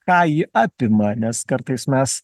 ką ji apima nes kartais mes